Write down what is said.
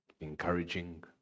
encouraging